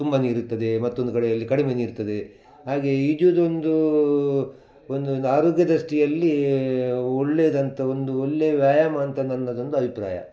ತುಂಬ ನೀರಿರ್ತದೆ ಮತ್ತೊಂದು ಕಡೆಯಲ್ಲಿ ಕಡಿಮೆ ನೀರಿರ್ತದೆ ಹಾಗೆ ಈಜುದೊಂದು ಒಂದು ಒಂದು ಆರೋಗ್ಯ ದೃಷ್ಟಿಯಲ್ಲಿ ಒಳ್ಳೆಯದಂತ ಒಂದು ಒಳ್ಳೆ ವ್ಯಾಯಾಮ ಅಂತ ನನ್ನದೊಂದು ಅಭಿಪ್ರಾಯ